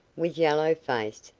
with yellow face,